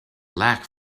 lack